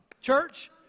Church